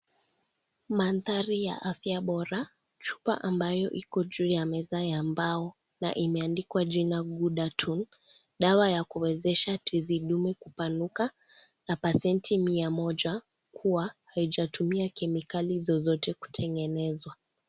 Mandari ya afya bora chupa ambayo iko juu ya meza ya mbao, na imeandikwa jina ghudatun, dawa ya kuwezesha tezi dume kupanuka na pesenti mia moja kuwa haija tumia kemikali zozote kutengenezwa.